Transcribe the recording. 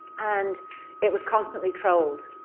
and it was constantly trolled.